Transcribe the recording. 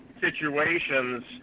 situations